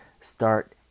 start